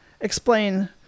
explain